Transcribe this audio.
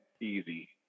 Easy